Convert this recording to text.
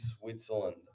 Switzerland